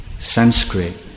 Sanskrit